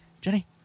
Jenny